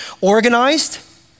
organized